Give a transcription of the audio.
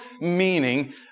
meaning